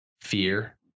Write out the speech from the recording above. fear